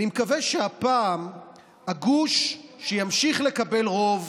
אני מקווה שהפעם הגוש ימשיך לקבל רוב